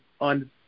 on